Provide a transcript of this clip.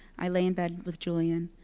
i lay in bed with julian.